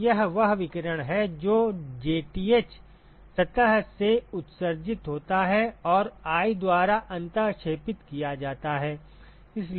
तो यह वह विकिरण है जो jth सतह से उत्सर्जित होता है और i द्वारा अंतःक्षेपित किया जाता है